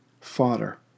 fodder